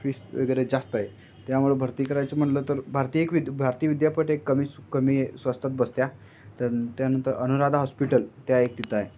fees वगैरे जास्त आहे त्यामुळे भरती करायचं म्हटलं तर भारती एक विद भारती विद्यापीठ एक कमी कमी स्वस्तात बसतं तर त्यानंतर अनुराधा हॉस्पिटल त्या एक तिथं आहे